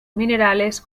minerales